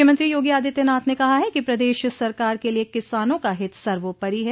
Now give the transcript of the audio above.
मुख्यमंत्री योगी आदित्यनाथ ने कहा है कि प्रदेश सरकार के लिये किसानों का हित सर्वोपरि है